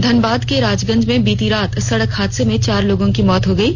धनबाद के राजगंज में बीती रात सड़क हादसे में चार लोगों की मौत हो गयी